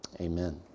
Amen